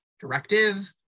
directive